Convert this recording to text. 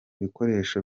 bikoresho